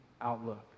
outlook